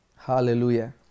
Hallelujah